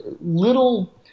little